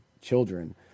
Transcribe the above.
children